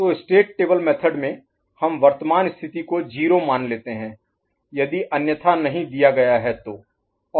तो state table method में हम वर्तमान स्थिति को 0 मान लेते हैं यदि अन्यथा नहीं दिया गया है तो